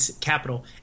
capital